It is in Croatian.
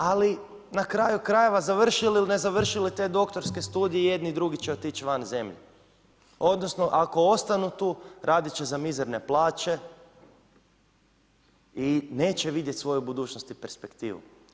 Ali na kraju krajeva završili ili ne završili te doktorske studije i jedni i drugi će otići van zemlje odnosno ako ostanu tu radit će za mizerne plaće i neće vidjeti svoju budućnost i perspektivu.